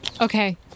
Okay